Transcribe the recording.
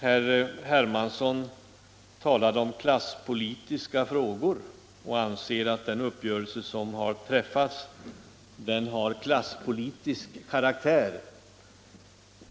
Herr Hermansson talade om klasspolitiska frågor och ansåg att den uppgörelse som träffats har klasspolitisk karaktär.